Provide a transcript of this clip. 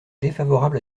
défavorable